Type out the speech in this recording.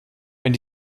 wenn